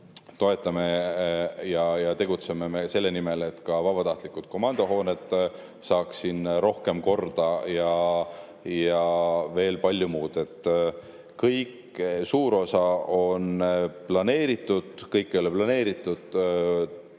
toetame ja tegutseme selle nimel, et ka vabatahtlike komandode hooned saaksid rohkem korda ja veel palju muud. Suur osa on planeeritud, kõik ei ole planeeritud,